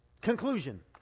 Conclusion